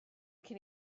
cyn